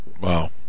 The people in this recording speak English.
wow